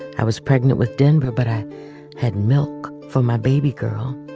i was pregnant with denver, but i had milk from my baby girl.